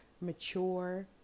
mature